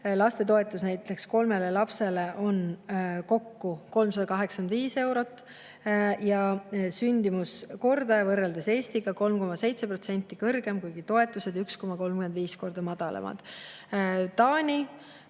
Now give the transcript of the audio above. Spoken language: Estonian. lastetoetus näiteks kolmele lapsele on kokku 385 eurot. Sündimuskordaja on võrreldes Eestiga 3,7% kõrgem, kuigi toetused on 1,35 korda madalamad. Taani: